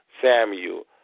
Samuel